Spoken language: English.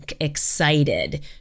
excited